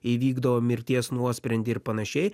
įvykdo mirties nuosprendį ir panašiai